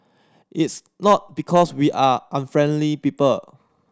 it's not because we are unfriendly people